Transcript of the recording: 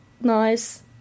nice